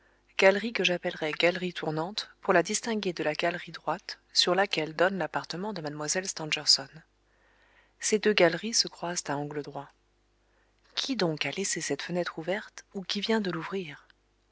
galerie que j'appellerai galerie tournante pour la distinguer de la galerie droite sur laquelle donne l'appartement de mlle stangerson ces deux galeries se croisent à angle droit qui donc a laissé cette fenêtre ouverte ou qui vient de l'ouvrir